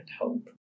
hope